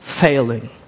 failing